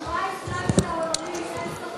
התנועה האסלאמית העולמית, אין ספק.